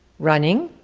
running,